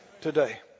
today